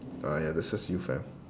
oh ya that's just you fam